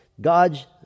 God's